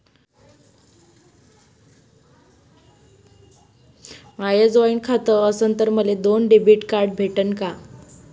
माय joint खातं असन तर मले दोन डेबिट कार्ड भेटन का?